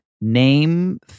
name